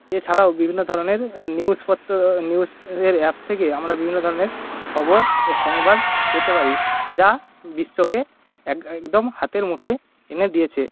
এছাড়াও বিভিন্ন ধরনের নিউস নিউস এর অ্যাপস থেকে আমরা বিভিন্ন ধরনের খবর ও সংবাদ পেতে পারি যা বিশ্বকে একএকদম হাতের মুঠোয় এনে দিয়েছে